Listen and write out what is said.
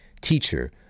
teacher